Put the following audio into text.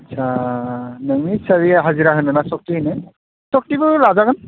आस्सा नोंनि सालिहा हाजिरा होनो ना सक्ति होनो सक्तिबो लाजागोन